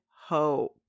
hope